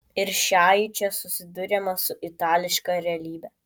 ir šiai čia susiduriama su itališka realybe